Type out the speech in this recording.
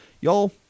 Y'all